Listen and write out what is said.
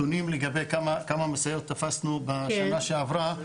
נתונים לגבי כמה משאיות תפסנו בשנה שעברה,